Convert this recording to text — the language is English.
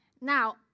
Now